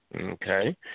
Okay